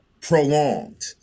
prolonged